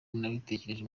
nabitekereje